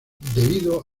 debido